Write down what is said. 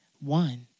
One